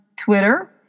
Twitter